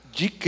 de